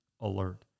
alert